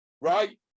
right